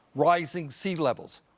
rising sea levels,